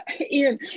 Ian